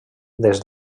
des